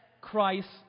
Christ